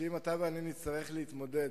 שאם אתה ואני נצטרך להתמודד